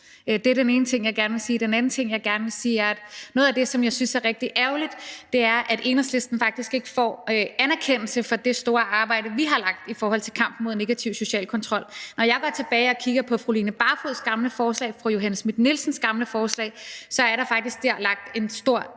Det er den ene ting, jeg gerne vil sige. Den anden ting, jeg gerne vil sige, er, at noget af det, som jeg synes er rigtig ærgerligt, er, at Enhedslisten faktisk ikke får anerkendelse for det store arbejde, vi har lagt i kampen mod negativ social kontrol. Når jeg går tilbage og kigger på fru Line Barfods gamle forslag og fru Johanne Schmidt-Nielsens gamle forslag, er der faktisk lagt en stor